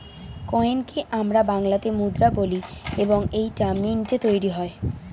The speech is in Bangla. কয়েনকে আমরা বাংলাতে মুদ্রা বলি এবং এইটা মিন্টে তৈরী হয়